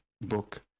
book